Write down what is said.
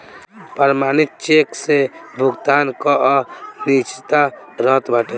प्रमाणित चेक से भुगतान कअ निश्चितता रहत बाटे